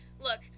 look